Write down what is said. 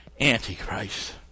Antichrist